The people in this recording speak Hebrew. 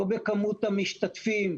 לא בכמות המשתתפים,